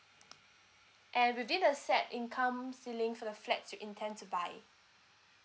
and within the set income ceiling for the flat you intend to buy